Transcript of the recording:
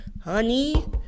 honey